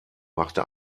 machte